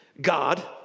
God